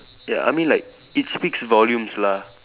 ya I mean like it speaks volumes lah